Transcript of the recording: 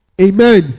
Amen